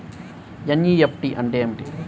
NEFT అంటే ఏమిటీ?